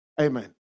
Amen